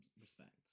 respects